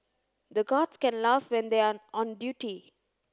the guards can't laugh when they are on duty